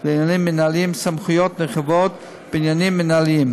לעניינים מינהליים סמכויות נרחבות בעניינים מנהליים.